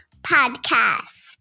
podcast